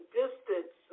distance